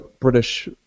British